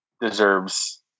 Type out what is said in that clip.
deserves